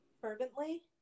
Fervently